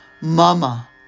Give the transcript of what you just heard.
Mama